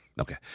Okay